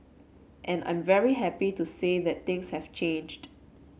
and I'm very happy to say that things have changed